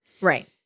Right